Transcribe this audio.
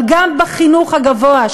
אלא גם בחינוך הגבוה,